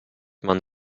man